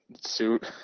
suit